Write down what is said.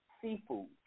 seafood